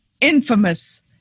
infamous